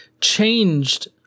changed